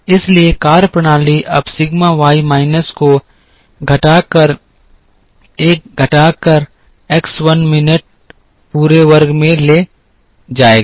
इसलिए कार्यप्रणाली अब सिग्मा y माइनस को घटाकर एक घटाकर x 1 मिनट पूरे वर्ग में ले जाएगी